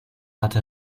hatte